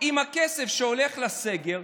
עם הכסף שהולך לסגר,